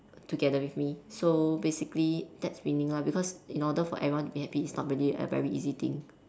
together with me so basically that's winning lah because in order for everyone to be happy it's not really a very easy thing